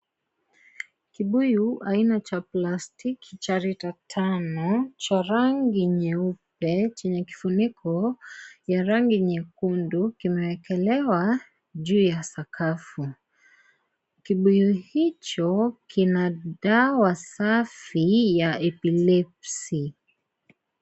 Kibuyu aina ya plastiki Cha lita tano cha rangi nyeupe Chenye kifuniko cha rangi nyekundu imeekelewa juu ya sakafu . Kibuyu hicho kina dawa Safi ya epilepsy.